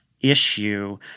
issue